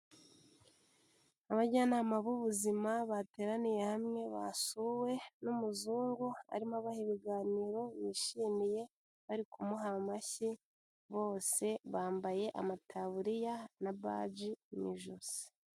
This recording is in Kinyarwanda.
Abajyanama b'ubuzima bateraniye hamwe, basuwe n'umuzungu, arimo abaha ibiganiro bishimiye, bari kumuha amashyi, bose bambaye amataburiya na baji mu ijosi.